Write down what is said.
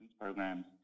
programs